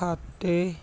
ਖਾਤੇ